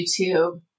youtube